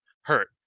hurt